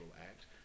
act